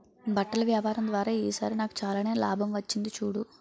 బట్టల వ్యాపారం ద్వారా ఈ సారి నాకు చాలానే లాభం వచ్చింది చూడు